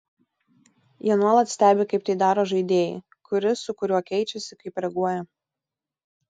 jie nuolat stebi kaip tai daro žaidėjai kuris su kuriuo keičiasi kaip reaguoja